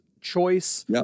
choice